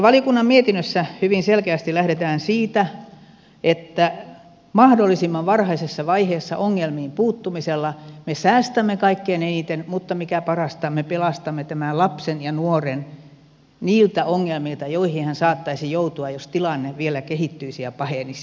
valiokunnan mietinnössä hyvin selkeästi lähdetään siitä että mahdollisimman varhaisessa vaiheessa ongelmiin puuttumalla me säästämme kaikkein eniten mutta mikä parasta me pelastamme tämän lapsen ja nuoren niiltä ongelmilta joihin hän saattaisi joutua jos tilanne vielä kehittyisi ja pahenisi